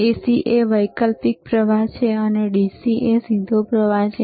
તેથી AC એ વૈકલ્પિક પ્રવાહ છે અને DC એ સીધો પ્રવાહ છે